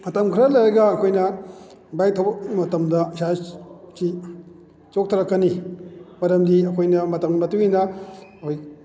ꯃꯇꯝ ꯈꯔ ꯂꯩꯔꯒ ꯑꯩꯈꯣꯏꯅ ꯕꯥꯏꯛ ꯊꯧꯕ ꯃꯇꯝꯗ ꯏꯁꯥ ꯆꯣꯛꯊꯔꯛꯀꯅꯤ ꯃꯔꯝꯗꯤ ꯑꯩꯈꯣꯏꯅ ꯃꯇꯝꯒꯤ ꯃꯇꯨꯡ ꯏꯟꯅ ꯍꯣꯏ